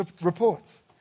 reports